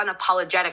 unapologetic